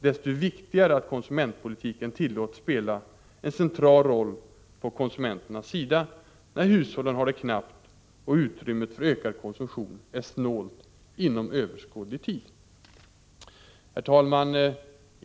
Desto viktigare är det att konsumentpolitiken tillåts spela en central roll på konsumenternas sida, när hushållen har det knappt och utrymmet för ökad konsumtion är snålt inom överskådlig tid. Herr talman!